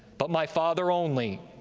but my father only.